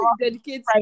dedicated